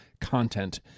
content